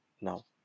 now